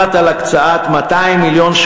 איפה איתן כבל,